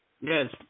Yes